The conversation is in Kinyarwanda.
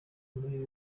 muri